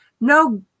No